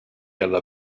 alla